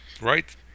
right